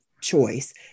choice